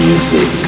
Music